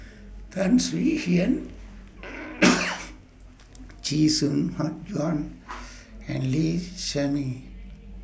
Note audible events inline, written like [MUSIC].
Tan Swie Hian [NOISE] Chee Soon [UNINTELLIGIBLE] Juan and Lee Shermay